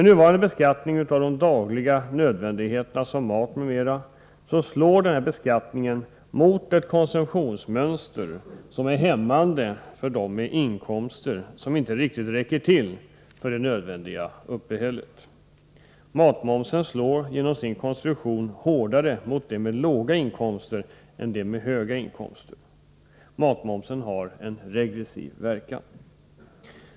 Nuvarande beskattning av de dagliga nödvändighetsvarorna som mat m.m. hämmar konsumtionsmönstret för dem med inkomster som inte riktigt räcker till för det nödvändiga uppehället. Matmomsen slår genom sin konstruktion hårdare mot dem med låga inkomster än mot dem med höga inkomster. Matmomsen har en regressiv verkan.